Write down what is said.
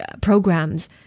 programs